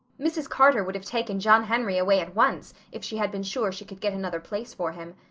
mrs. carter would have taken john henry away at once if she had been sure she could get another place for him.